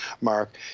Mark